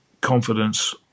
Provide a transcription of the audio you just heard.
confidence